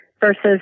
versus